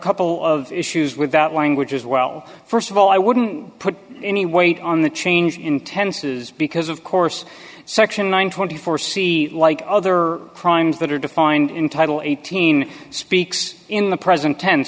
couple of issues with that language as well first of all i wouldn't put any weight on the change in tenses because of course section one twenty four c like other crimes that are defined in title eighteen speaks in the present tense